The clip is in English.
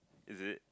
is it